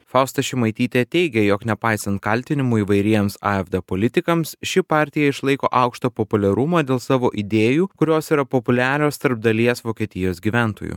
fausta šimaitytė teigė jog nepaisant kaltinimų įvairiems afd politikams ši partija išlaiko aukštą populiarumą dėl savo idėjų kurios yra populiarios tarp dalies vokietijos gyventojų